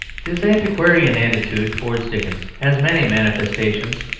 this antiquarian attitude towards dickens has many manifestations,